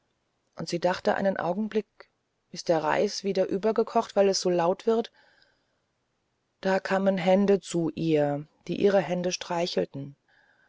und sie dachte einen augenblick ist der reis wieder übergekocht weil es so laut wird da kamen hände zu ihr die ihre hände streichelten